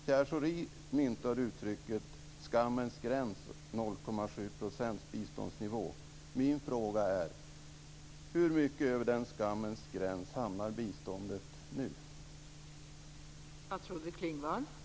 Pierre Schori myntade uttrycket "skammens gräns - 0,7 % biståndsnivå". Min fråga är hur mycket över denna skammens gräns biståndet hamnar nu.